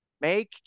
make